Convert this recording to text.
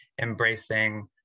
embracing